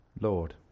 Lord